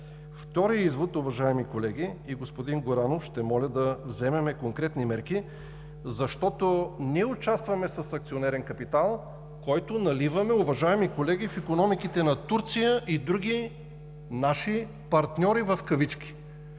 Вторият извод, уважаеми колеги и господин Горанов, ще моля да вземем конкретни мерки, защото ние участваме с акционерен капитал, който наливаме, уважаеми колеги, в икономиките на Турция и други наши партньори в кавички.